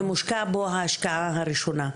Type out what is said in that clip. ומושקעת בו ההשקעה הראשונה,